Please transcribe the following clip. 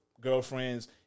girlfriends